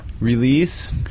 release